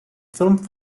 filmed